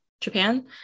Japan